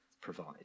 provide